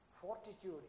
Fortitude